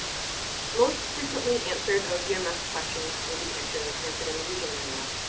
most frequently answered ogms questions will be answered answered in the user manual.